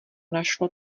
našlo